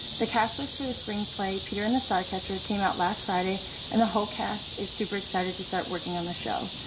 the cast list for the spring play peter and the star catcher came out last friday and the whole cast is super excited to start working on the show.